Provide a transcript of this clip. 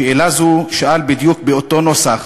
שאלה זו שאל בדיוק באותו נוסח